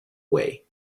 way